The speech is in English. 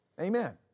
Amen